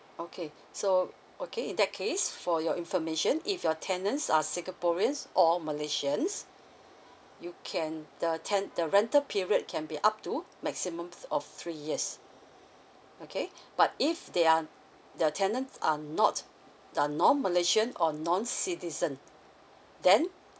okay so okay in that case for your information if your tenants are singaporeans or malaysians you can the ten~ the rental period can be up to maximum f~ of three years okay but if they are the tenant are not the non malaysian or non citizen then